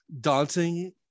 daunting